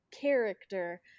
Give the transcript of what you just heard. character